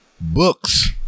Books